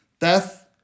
death